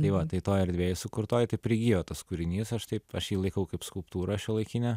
tai va tai toj erdvėj sukurtoj tai prigijo tas kūrinys aš taip aš jį laikau kaip skulptūrą šiuolaikinę